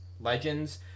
Legends